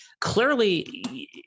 Clearly